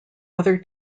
other